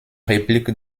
réplique